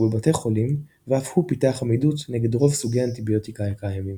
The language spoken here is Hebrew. ובבתי חולים ואף הוא פיתח עמידות נגד רוב סוגי האנטיביוטיקה הקיימים.